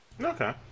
Okay